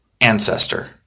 ancestor